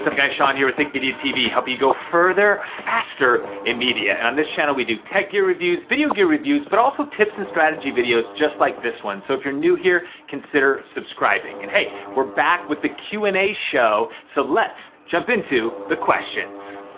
guys? sean here with think media tv, helping you go further, faster, in media. and on this channel, we do tech gear reviews, video gear reviews, but also tips and strategy videos just like this one. so if you're new here, consider subscribing. and hey, we're back with the q and a show so let's jump into the questions.